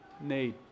need